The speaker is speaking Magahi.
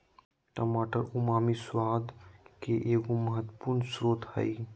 टमाटर उमामी स्वाद के एगो महत्वपूर्ण स्रोत हइ